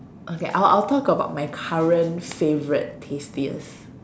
okay I'll I'll talk about my current favorite tastiest